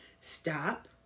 stop